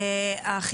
בוקר טוב לכולם,